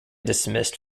dismissed